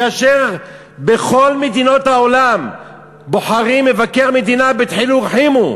כאשר בכל מדינות העולם בוחרים מבקר מדינה בדחילו ורחימו.